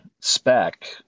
spec